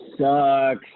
sucks